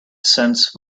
sense